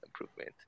improvement